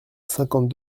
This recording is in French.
cinquante